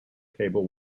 cable